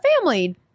family